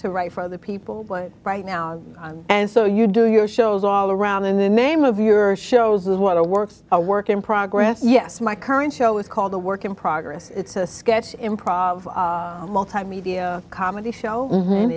to write for other people but right now and so you do your shows all around the name of your shows waterworks a work in progress yes my current show is called the work in progress it's a sketch improv a multimedia comedy show and